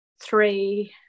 three